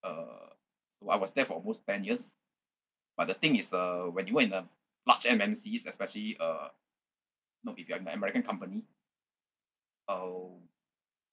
uh so I was there for almost ten years but the thing is uh when you work in a large M_N_C especially uh no if you are in an american company uh